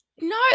no